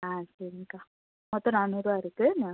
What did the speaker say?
ஆ சரிங்க அக்கா மொத்தம் நானூறுரூவா இருக்கு